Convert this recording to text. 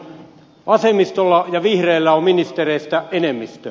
vasemmistolla ja vihreillä on ministereistä enemmistö